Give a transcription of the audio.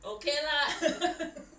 okay lah